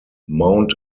mount